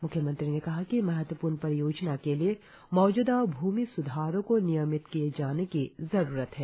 मुख्यमंत्री ने कहा कि महत्वपूर्ण परियोजना के लिए मौजूदा भूमि सुधारों को नियमित किए जाने की जरुरत है